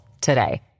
today